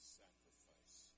sacrifice